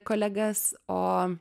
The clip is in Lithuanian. kolegas o